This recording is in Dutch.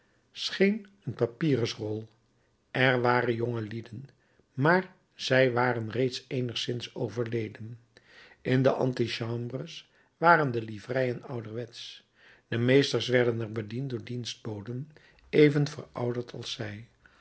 scheen een papyrusrol er waren jongelieden maar zij waren reeds eenigszins overleden in de antichambres waren de livereien ouderwetsch de meesters werden er bediend door dienstboden even verouderd als zij